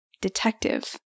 detective